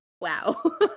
wow